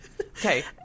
Okay